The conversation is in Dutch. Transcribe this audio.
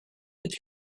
dit